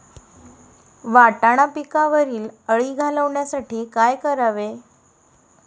वाटाणा पिकावरील अळी घालवण्यासाठी काय करावे?